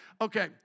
Okay